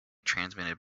transmitted